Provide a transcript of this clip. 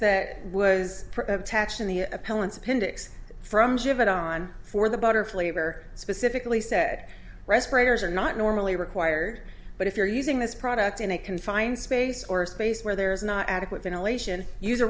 appendix from shit on for the better flavor specifically said respirators are not normally required but if you're using this product in a confined space or a space where there is not adequate ventilation use a